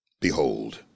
Behold